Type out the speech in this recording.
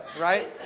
right